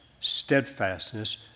steadfastness